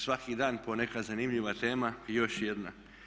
Svaki dan po neka zanimljiva tema i još jedna.